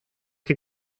que